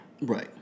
Right